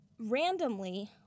Randomly